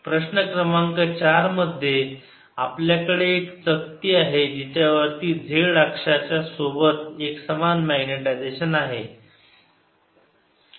प्रश्न क्रमांक चारमध्ये आपल्याकडे एक चकती आहे जिच्यावर z अक्षाच्या सोबत एक समान मॅग्नेटायजेशन आहे